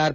R